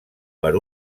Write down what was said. per